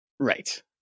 Right